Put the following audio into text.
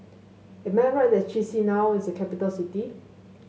am I right that Chisinau is a capital city